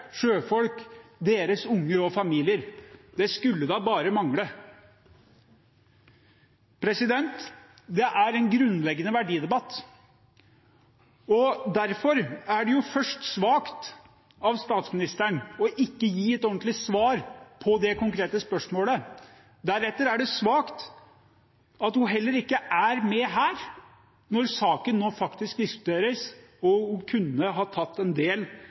sjøfolk, deres unger og familier – det skulle bare mangle. Dette er en grunnleggende verdidebatt. Derfor er det først svakt av statsministeren ikke å gi et ordentlig svar på det konkrete spørsmålet. Deretter er det svakt at hun heller ikke er med her, nå når saken diskuteres. Hun kunne ha tatt del i det og forklart hvorfor Color Line skal diktere politikken. Jeg fikk en